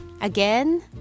Again